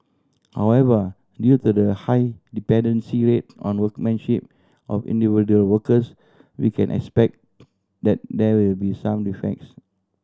however due to the high dependency on workmanship of individual workers we can expect that there will be some defects